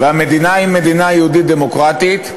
והמדינה היא מדינה יהודית ודמוקרטית,